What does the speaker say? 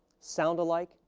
sound alike,